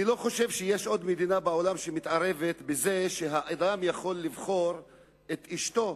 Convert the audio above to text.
אני לא חושב שיש עוד מדינה בעולם שמתערבת בזה שהאדם יכול לבחור את אשתו,